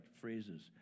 phrases